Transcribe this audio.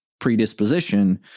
predisposition